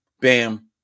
bam